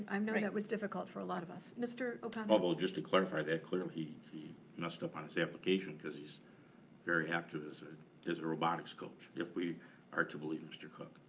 um know that was difficult for a lot of us. mr. o'connor. although just to clarify that, clearly he messed up on his application, cause he's very active as ah a robotics coach, if we are to believe mr. cook.